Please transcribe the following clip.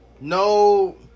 no